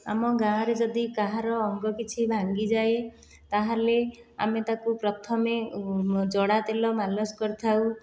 ଆମ ଗାଁ ରେ ଯଦି କାହାର ଅଙ୍ଗ କିଛି ଭାଙ୍ଗିଯାଏ ତାହେଲେ ଆମେ ତାକୁ ପ୍ରଥମେ ଜଡ଼ା ତେଲ ମାଲିସ କରିଥାଉ